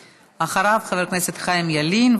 אחריו, חבר הכנסת חיים ילין.